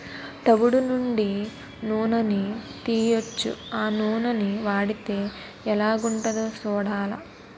తవుడు నుండి నూనని తీయొచ్చు ఆ నూనని వాడితే ఎలాగుంటదో సూడాల